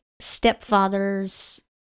stepfather's